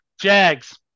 Jags